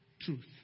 truth